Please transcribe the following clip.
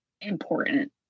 important